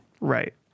right